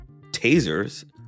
tasers